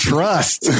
Trust